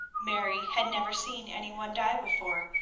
mary had never seen any one die before,